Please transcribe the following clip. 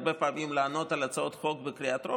הרבה פעמים לענות על הצעות חוק בקריאה טרומית?